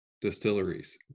distilleries